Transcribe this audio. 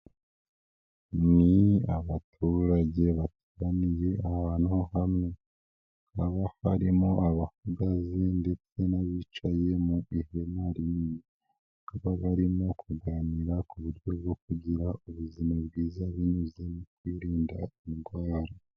Ni abaturage bateraniye ahantu ho hamwe hakana harimo abahagaze ndetse n'abicaye mu ihema rimwe, bakaba barimo kuganira ku buryo bwo kugira ubuzima bwiza binyuze mu kwirinda indwara.